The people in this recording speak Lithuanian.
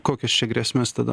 kokias čia grėsmes tada